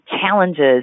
challenges